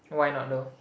why not though